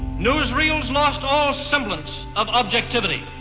news reels lost all semblance of objectivity.